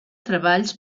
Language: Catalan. treballs